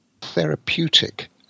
therapeutic